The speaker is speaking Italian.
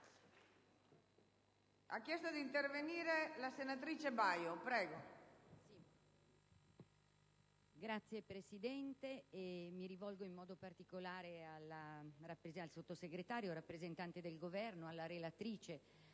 Ha chiesto di intervenire la senatrice